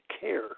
care